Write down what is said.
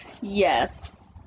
Yes